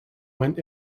went